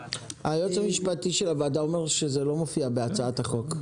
היועץ המשפטי של הוועדה אומר שזה לא מופיע בהצעת החוק.